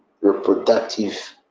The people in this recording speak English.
reproductive